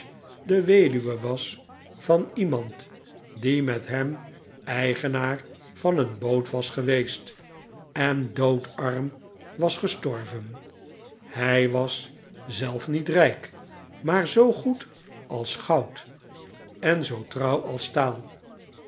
de weduwe was van iemand die met hem eigenaar van een boot was geweest en doodarm was gestorven hij was zelf niet rijk maar zoo goed als goud en zoo trouw als staal